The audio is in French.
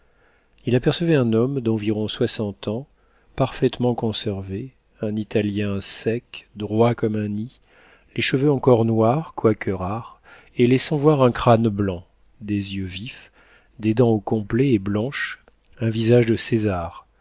il apercevait un homme d'environ soixante ans parfaitement conservé un italien sec droit comme un i les cheveux encore noirs quoique rares et laissant voir un crâne blanc des yeux vifs des dents au complet et blanches un visage de césar